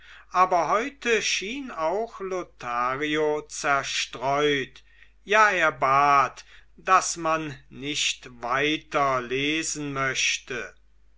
aber heute schien auch lothario zerstreut ja er bat daß man nicht weiter lesen möchte